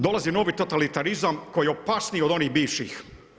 Dolazi novi totalitarizam koji je opasniji od onih bivših.